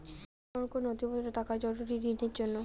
কোন কোন নথিপত্র থাকা জরুরি ঋণের জন্য?